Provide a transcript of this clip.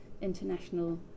international